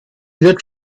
wird